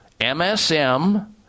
MSM